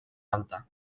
alta